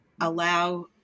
allow